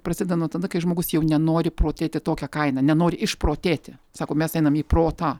prasideda nuo tada kai žmogus jau nenori protėti tokia kaina nenori išprotėti sako mes einam į protą